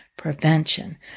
prevention